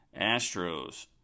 Astros